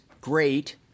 great